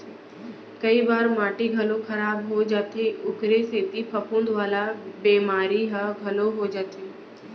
कई बार माटी घलौ खराब हो जाथे ओकरे सेती फफूंद वाला बेमारी ह घलौ हो जाथे